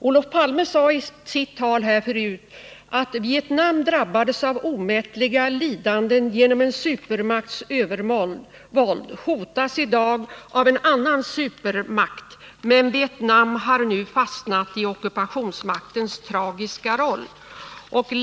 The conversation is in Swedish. Olof Palme sade i sitt inlägg tidigare att Vietnam drabbats av omätliga lidanden genom en supermakts övervåld och i dag hotas av en annan supermakt, men Vietnam har nu fastnat i ockupationsmaktens tragiska roll.